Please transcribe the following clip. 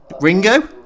Ringo